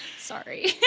Sorry